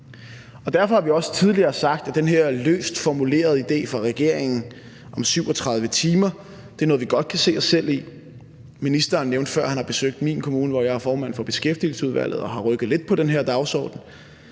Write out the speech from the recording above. derfor har vi også tidligere sagt, at den her løst formulerede idé fra regeringens side om 37 timer er noget, som vi godt kan se os selv i. Ministeren nævnte før, at han har besøgt min kommune, hvor jeg er formand for Beskæftigelsesudvalget og har rykket lidt på den her dagsorden,